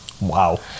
Wow